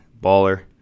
baller